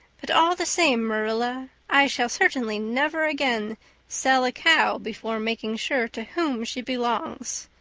but all the same, marilla, i shall certainly never again sell a cow before making sure to whom she belongs.